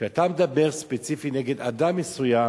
כשאתה מדבר ספציפית נגד אדם מסוים,